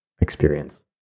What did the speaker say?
experience